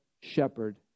shepherd